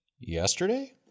yesterday